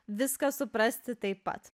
viską suprasti taip pat